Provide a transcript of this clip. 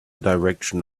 direction